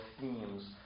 themes